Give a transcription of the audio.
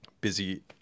busy